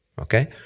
okay